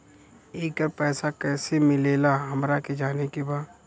येकर पैसा कैसे मिलेला हमरा के जाने के बा?